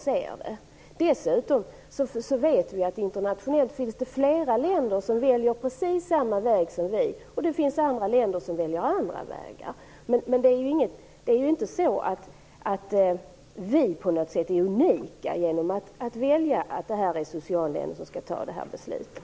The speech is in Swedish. Vi vet att det internationellt finns flera länder som väljer precis samma väg som vi, och vi vet att det finns länder som väljer andra vägar. Men vi är inte unika genom att vi väljer att socialnämnden skall fatta beslutet.